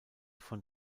von